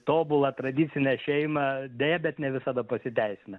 tobulą tradicinę šeimą deja bet ne visada pasiteisina